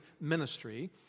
ministry